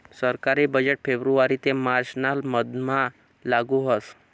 सरकारी बजेट फेब्रुवारी ते मार्च ना मधमा लागू व्हस